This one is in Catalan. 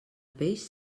peix